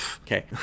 okay